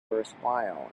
worthwhile